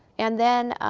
and then,